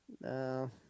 No